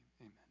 Amen